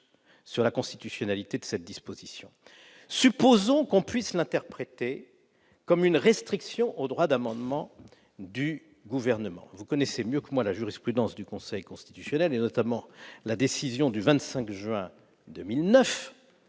à la constitutionnalité de cette disposition. Supposons que l'on puisse l'interpréter comme une restriction au droit d'amendement du Gouvernement. Vous connaissez mieux que moi la jurisprudence du Conseil constitutionnel, notamment la décision du 25 juin 2009.